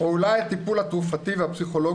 או אולי זה הטיפול התרופתי והפסיכולוגי